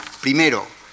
primero